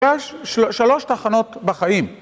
יש שלוש תחנות בחיים.